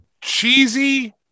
cheesy